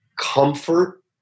comfort